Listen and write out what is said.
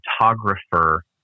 photographer